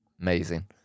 Amazing